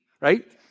right